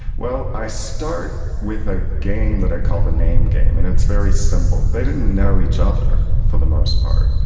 well i start with a game that i call the name game, and it's very simple. they didn't know each other for the most part,